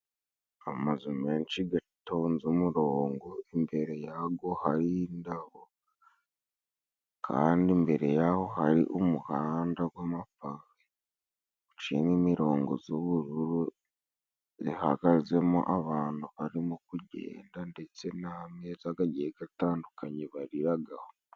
Amazu menshi gatonze umurongo. Imbere yago hari indabo kandi imbere yaho hari umuhanda gw'amapave guciyemo n'imirongo z'ubururu, zihagazemo abantu barimo kugenda ndetse n'ameza gagiye gatandukanye bariragaho.